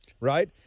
Right